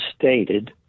stated